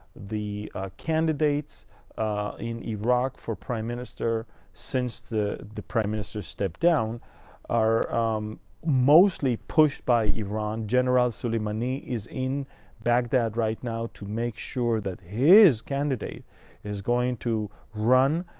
the candidates in iraq for prime minister since the the minister stepped down are mostly pushed by iran. general soleimani is in baghdad right now to make sure that his candidate is going to run.